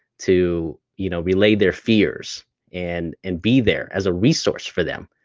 to you know relay their fears and and be there as a resource for them.